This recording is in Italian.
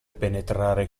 penetrare